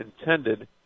intended